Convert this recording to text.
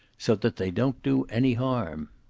so that they don't do any harm.